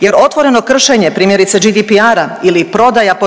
jer otvoreno kršenje primjerice GDPR-a ili prodaja potraživanja